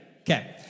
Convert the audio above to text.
Okay